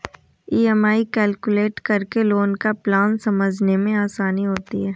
EMI calculate करके loan का plan समझने में आसानी होती है